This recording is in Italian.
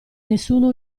nessuno